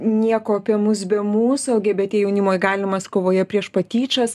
nieko apie mus be mūsų lgbt jaunimo įgalinimas kovoje prieš patyčias